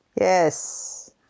Yes